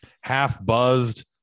half-buzzed